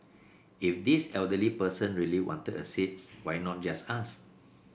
if this elderly person really wanted a seat why not just ask